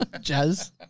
Jazz